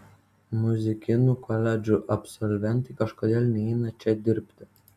muzikinių koledžų absolventai kažkodėl neina čia dirbti